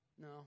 No